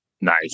Nice